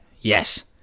Yes